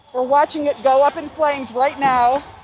we're watching it go up in flames right now.